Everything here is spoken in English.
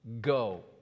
Go